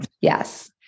Yes